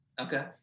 Okay